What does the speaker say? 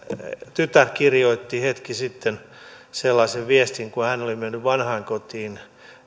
tytär kirjoitti hetki sitten sellaisen viestin että kun hän oli mennyt vanhainkotiin